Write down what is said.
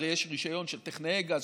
הרי יש רישיון של טכנאי גז,